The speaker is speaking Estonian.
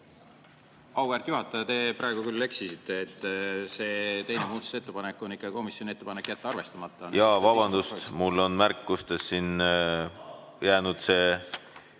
Auväärt juhataja, te praegu küll eksisite. See teine muudatusettepanek on ikka komisjoni ettepanek jätta arvestamata ... Jaa, vabandust! Mul on märkustes siin jäänud see ...